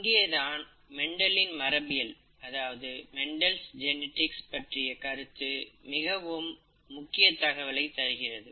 இங்கேதான் மெண்டலின் மரபியல் Mendel's genetics பற்றிய கருத்து மிகவும் முக்கிய தகவலை தருகிறது